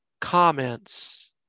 comments